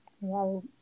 wow